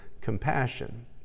compassion